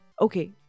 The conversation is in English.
Okay